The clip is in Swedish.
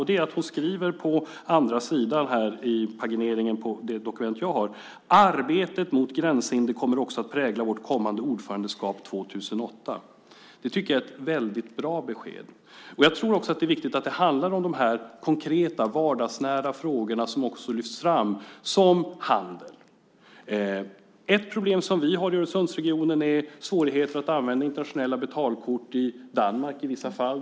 Det är att hon på andra sidan i sitt svar - i pagineringen av det dokument jag har - skriver: "Arbetet mot gränshinder kommer också att prägla vårt kommande ordförandeskap 2008." Det tycker jag är ett väldigt bra besked. Jag tror också att det är viktigt att de konkreta, vardagsnära frågorna lyfts fram, som handel. Ett problem som vi har i Öresundsregionen är svårigheter att använda internationella betalkort i Danmark i vissa fall.